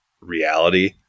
reality